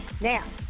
Now